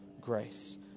grace